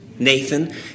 Nathan